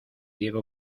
diego